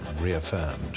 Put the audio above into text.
reaffirmed